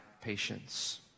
patience